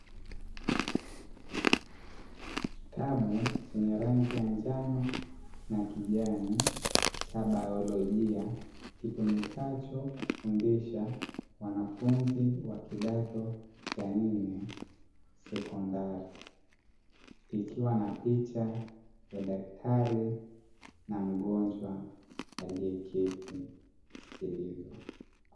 Kitabu chenye rangi ya njano na kijani cha biolojia, kitumikacho kufundisha wanafunzi wa kidato cha nne sekondari, kikiwa na picha ya daktari na mgonjwa aliyeketi kusikilizwa.